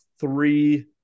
three